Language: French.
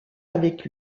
avec